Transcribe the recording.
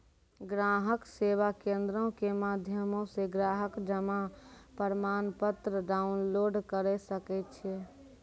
ग्राहक सेवा केंद्रो के माध्यमो से ग्राहक जमा प्रमाणपत्र डाउनलोड करे सकै छै